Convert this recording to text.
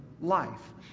life